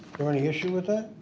there any issue with that?